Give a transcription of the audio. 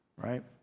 right